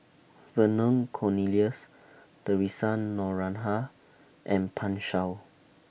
Vernon Cornelius Theresa Noronha and Pan Shou